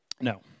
No